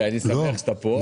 ואני שמח שאתה פה.